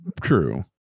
True